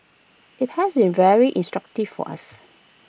IT has been very instructive for us